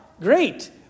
great